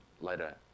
Later